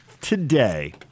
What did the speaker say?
today